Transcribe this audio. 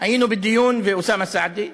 ואוסאמה סעדי,